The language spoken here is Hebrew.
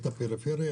את הפריפריה,